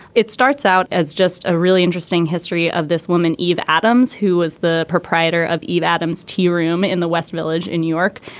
it starts out as just a really interesting history of this woman eve adams who was the proprietor of eve adams tearoom in the west village in new york.